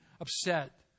upset